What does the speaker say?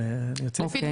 אוקי.